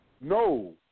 No